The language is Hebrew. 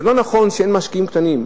זה לא נכון שאין משקיעים קטנים.